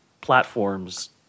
platforms